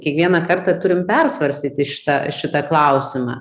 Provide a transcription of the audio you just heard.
kiekvieną kartą turim persvarstyti šitą šitą klausimą